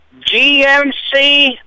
GMC